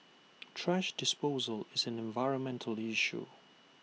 thrash disposal is an environmental issue